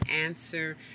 answer